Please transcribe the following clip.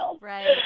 right